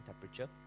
temperature